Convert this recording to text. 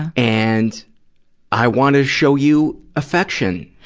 and i wanna show you affection.